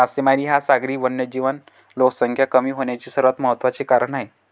मासेमारी हा सागरी वन्यजीव लोकसंख्या कमी होण्याचे सर्वात महत्त्वाचे कारण आहे